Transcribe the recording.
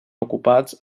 ocupats